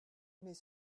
mais